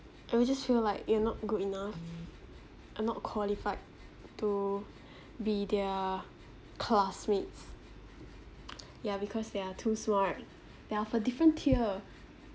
and you just feel like you're not good enough or not qualified to be their classmates yeah because they are too smart they are from different tier